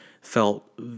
felt